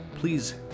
please